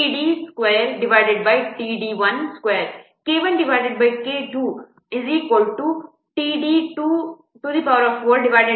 ಆದ್ದರಿಂದ K1 K2 t4d2t4d1 ಆಗಿರುತ್ತದೆ